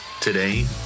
Today